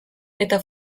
eta